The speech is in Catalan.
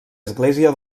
església